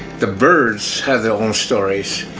the birds have their own stories.